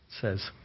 says